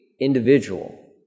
individual